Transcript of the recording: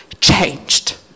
changed